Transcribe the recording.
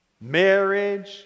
marriage